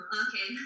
okay